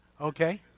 Okay